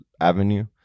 Avenue